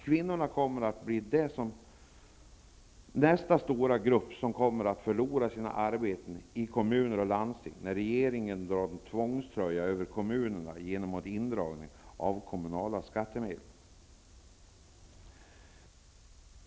Kvinnorna kommer att bli nästa stora grupp som förlorar sina arbeten i kommuner och landsting, när regeringen drar en tvångströja över kommunerna genom sin indragning av kommunala skattemedel.